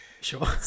Sure